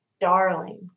Darling